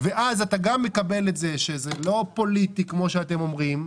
אז אתה גם מקבל שזה לא פוליטי כפי שאתם אומרים,